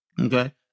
Okay